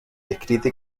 escrita